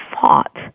fought